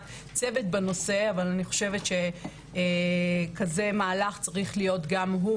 צוות בנושא אבל אני חושבת שכזה מהלך צריך להיות גם הוא